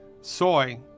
Soy